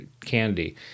candy